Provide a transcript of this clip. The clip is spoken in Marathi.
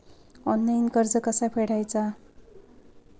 ऑनलाइन कर्ज कसा फेडायचा?